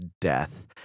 death